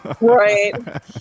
right